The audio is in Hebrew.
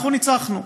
אנחנו ניצחנו,